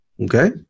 Okay